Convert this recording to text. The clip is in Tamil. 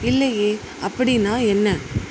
இல்லையே அப்படின்னா என்ன